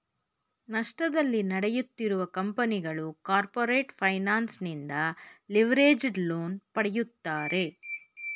ನಷ್ಟದಲ್ಲಿ ನಡೆಯುತ್ತಿರುವ ಕಂಪನಿಗಳು ಕಾರ್ಪೊರೇಟ್ ಫೈನಾನ್ಸ್ ನಿಂದ ಲಿವರೇಜ್ಡ್ ಲೋನ್ ಪಡೆಯುತ್ತಾರೆ